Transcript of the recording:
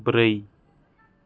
ब्रै